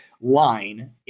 line